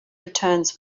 returns